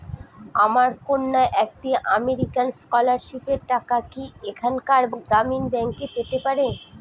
আমার কন্যা একটি আমেরিকান স্কলারশিপের টাকা কি এখানকার গ্রামীণ ব্যাংকে পেতে পারে?